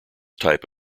type